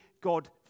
God